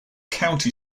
county